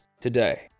today